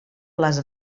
les